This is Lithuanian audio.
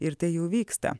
ir tai jau vyksta